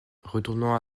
retournant